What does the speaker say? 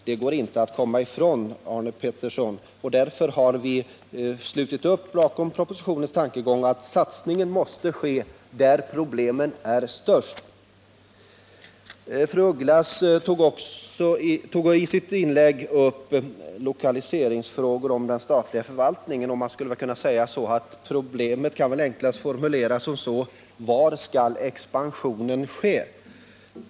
Det går inte att komma ifrån detta, Arne Pettersson. Därför har vi slutit upp bakom propositionens tankegångar att satsningen måste ske där problemen är störst. Fru af Ugglas tog i sitt inlägg upp lokaliseringsfrågor rörande den statliga förvaltningen. Problemet kan väl enklast formuleras så: Var skall expansionen ske?